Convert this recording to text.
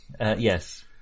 Yes